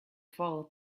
fall